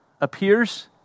appears